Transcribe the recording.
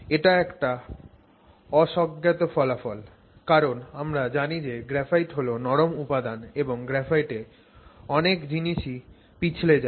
এটা একটা অ স্বজ্ঞাত ফলাফল কারণ আমরা জানি যে গ্রাফাইট হল নরম উপাদান এবং গ্রাফাইটে অনেক জিনিসই পিছলে যায়